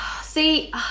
See